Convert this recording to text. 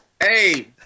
Hey